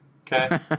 Okay